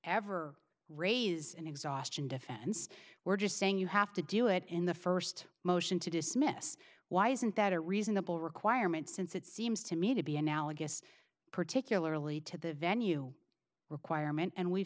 ever raise an exhaustion defense we're just saying you have to do it in the first motion to dismiss why isn't that a reasonable requirement since it seems to me to be analogous particularly to the venue requirement and we've